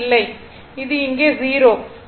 அது இங்கே 0